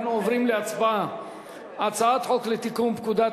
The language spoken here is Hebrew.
אנחנו עוברים להצבעה על הצעת חוק לתיקון פקודת